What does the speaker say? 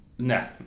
No